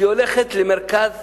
שהיא הולכת למרכז